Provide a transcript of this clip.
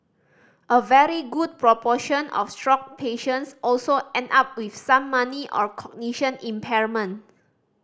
a very good proportion of stroke patients also end up with some money or cognition impairment